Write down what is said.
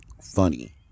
funny